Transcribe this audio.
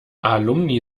alumni